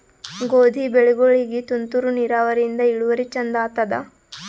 ಗೋಧಿ ಬೆಳಿಗೋಳಿಗಿ ತುಂತೂರು ನಿರಾವರಿಯಿಂದ ಇಳುವರಿ ಚಂದ ಆತ್ತಾದ?